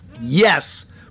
Yes